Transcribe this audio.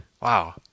Wow